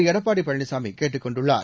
எடப்பாடி பழனிசாமி கேட்டுக் கொண்டுள்ளார்